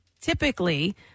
typically